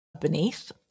beneath